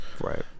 Right